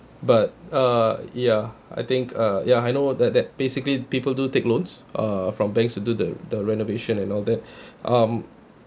but uh ya I think uh ya I know what is that basically people do take loans uh from banks to do the the renovation and all that um